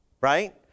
right